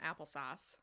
applesauce